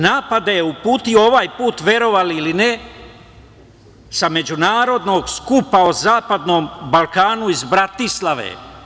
Napade je uputio ovaj put verovali ili ne sa Međunarodnog skupa o Zapadnom Balkanu iz Bratislave.